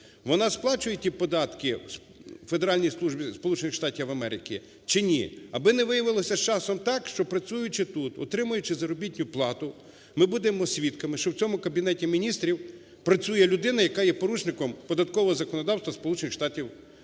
Вона сплачує ті податки у Федеральній службі Сполучених Штатів Америки чи ні? Аби не виявилося із часом так, що, працюючи тут, отримуючи заробітну плату, ми будемо свідками, що в цьому Кабінеті Міністрів працює людина, яка є порушником податкового законодавства